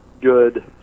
good